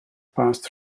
passed